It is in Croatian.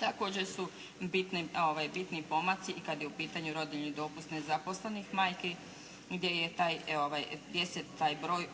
Također su bitni pomaci i kad je u pitanju rodiljni dopust nezaposlenih majki gdje se taj broj